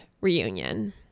reunion